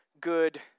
good